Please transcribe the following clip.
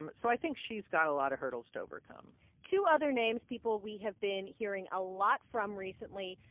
um so i think she's got a lot of hurdles to overcome two other names people we have been hearing a lot from recently.